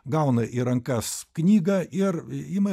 gauna į rankas knygą ir ima